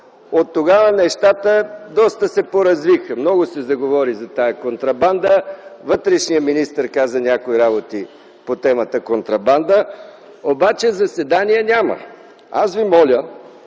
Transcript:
Оттогава нещата доста се поразвиха, много се заговори за тази контрабанда, вътрешният министър каза някои работи по темата контрабанда, обаче заседание няма. Аз Ви моля